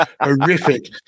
horrific